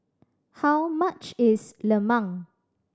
how much is lemang